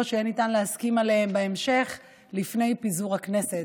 שיהיה ניתן להסכים עליהם בהמשך לפני פיזור הכנסת.